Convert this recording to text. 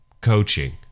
coaching